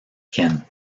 kent